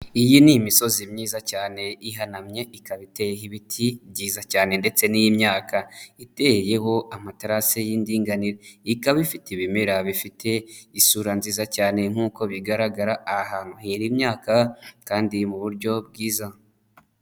Iyi ni imisozi myiza cyane ihanamye, ikaba iteyeho ibiti byiza cyane ndetse n'imyaka, iteyeho amaterasi y'indinganire. Ikaba ifite ibimera bifite isura nziza cyane. Nkuko bigaragara aha hantu hera imyaka kandi iri mu buryo bwiza.